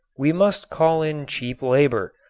we must call in cheap labor,